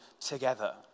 together